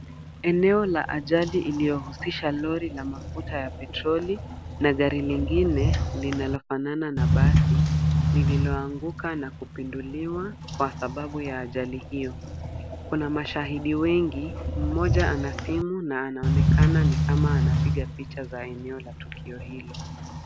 Eneo la ajali iliyohusisha lori la mafuta ya petroli na gari lingine linalofanana na basi, lililoanguka na kupinduliwa kwasababu ya ajali hiyo. Kuna mashahidi wengi, mmoja ana simu na anaonekana ni kama anapiga picha za eneo la tukio hilo.